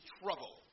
trouble